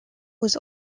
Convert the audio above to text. was